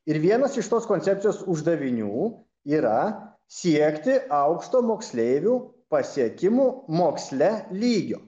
ir vienas iš tos koncepcijos uždavinių yra siekti aukšto moksleivių pasiekimų moksle lygio